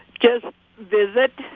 just visit